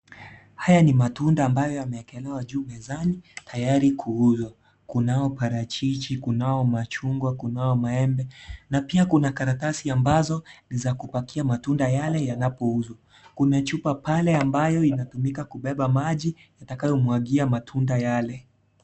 Haya ni matunda abayo yameekelewa juu mezani tayari kuuzwa, kunao parachichi, kunao machungwa, kunao maembe na pia kuna karatasi ambazo ni za kupakia matunda yale yanapo uzwa. Kuna chupa pale ambayo inatumika kubeba maji itakayo mwagia matunda yale.